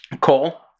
Cole